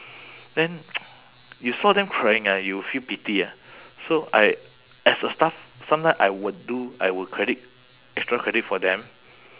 then you saw them crying ah you will feel pity ah so I as a staff sometime I would do I will credit extra credit for them